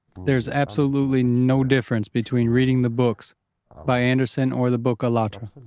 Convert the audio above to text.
there is absolutely no difference between reading the books by andersen or the book allatra.